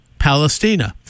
Palestina